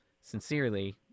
Sincerely